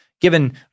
given